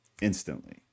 instantly